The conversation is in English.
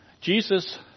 Jesus